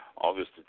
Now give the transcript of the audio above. August